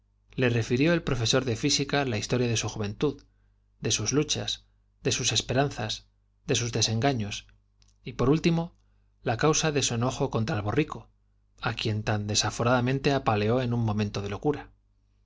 le refirió el profesor de física la historia de s juventud de sus luchas de sus esperanzas de sus desengaños y por último la causa de su enojo contra el borrico á quien tan desaforadamente apaleó en un momento de locura